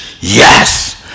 yes